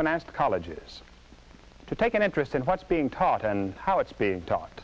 finance colleges to take an interest in what's being taught and how it's being taught